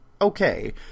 Okay